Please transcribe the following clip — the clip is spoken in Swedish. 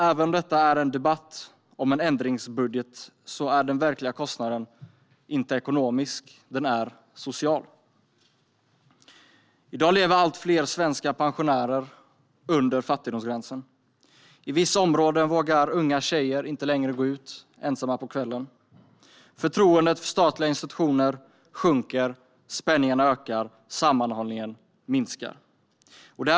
Även om detta är en debatt om en ändringsbudget är den verkliga kostnaden inte ekonomisk utan social. I dag lever allt fler svenska pensionärer under fattigdomsgränsen. I vissa områden vågar unga tjejer inte längre gå ut ensamma på kvällen. Förtroendet för statliga institutioner sjunker, spänningarna ökar och sammanhållningen minskar.